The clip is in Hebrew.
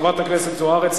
חברת הכנסת זוארץ,